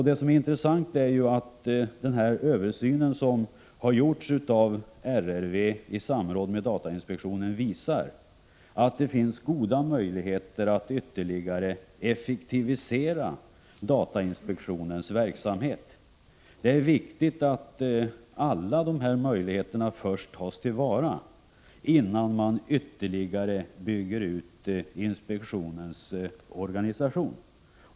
Det som är intressant är att den översyn som har gjorts av RRV i samråd med datainspektionen visar att det finns goda möjligheter att ytterligare effektivisera datainspektionens verksamhet. Det är viktigt att alla dessa möjligheter tas till vara, innan man ytterligare bygger ut inspektionens organisation.